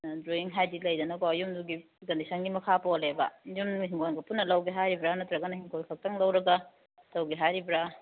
drawing ꯍꯥꯏꯕꯗꯤ ꯂꯩꯗꯅ ꯀꯣ ꯌꯨꯝꯗꯨꯒꯤ ꯀꯟꯗꯤꯁꯟꯒꯤ ꯃꯈꯥ ꯄꯣꯜꯂꯦꯕ ꯌꯨꯝꯒ ꯏꯪꯈꯣꯜꯒ ꯄꯨꯟꯅ ꯂꯧꯒꯦ ꯍꯥꯏꯔꯤꯕ꯭ꯔꯥ ꯅꯠꯇ꯭ꯔꯒ ꯏꯪꯈꯣꯜ ꯈꯛꯇꯪ ꯂꯧꯔꯒ ꯇꯧꯒꯦ ꯍꯥꯏꯔꯤꯕ꯭ꯔꯥ